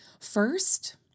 First